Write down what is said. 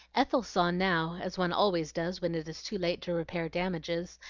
ethel saw now, as one always does when it is too late to repair damages,